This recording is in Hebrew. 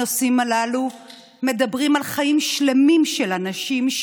הנושאים הללו מדברים על חיים שלמים של אנשים,